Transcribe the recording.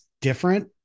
different